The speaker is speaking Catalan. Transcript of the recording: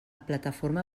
plataforma